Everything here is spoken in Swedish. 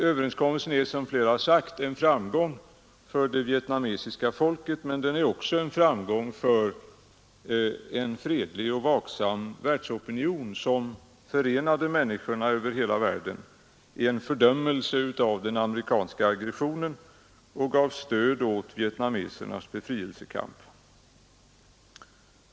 Överenskommelsen är, som flera har sagt, en framgång för det vietnamesiska folket men också en framgång för en fredlig och vaksam världsopinion, som förenat människor över hela världen i en fördömelse av den amerikanska aggressionen och givit stöd åt vietnamesernas befrielsekamp.